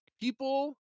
people